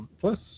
Plus